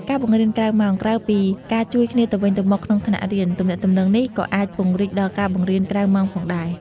ការបង្រៀនក្រៅម៉ោង ក្រៅពីការជួយគ្នាទៅវិញទៅមកក្នុងថ្នាក់រៀន ទំនាក់ទំនងនេះក៏អាចពង្រីកដល់ការបង្រៀនក្រៅម៉ោងផងដែរ